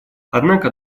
однако